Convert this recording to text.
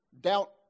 Doubt